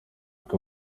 uko